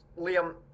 Liam